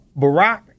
Barack